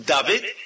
David